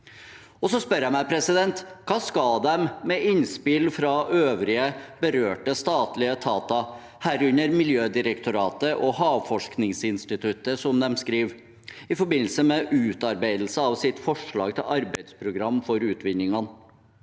Jeg spør meg: Hva skal de med innspill fra øvrige berørte statlige etater, herunder Miljødirektoratet og Havforskningsinstituttet, i forbindelse med utarbeidelse av forslag til arbeidsprogram for utvinningene,